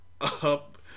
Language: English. up